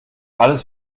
alles